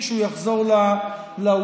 כשהוא יחזור לאולם,